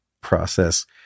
process